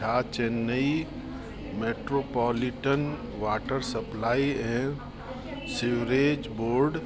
छा Chennai metropolitan water supply ऐं sewerage board